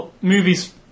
movies